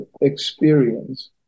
experience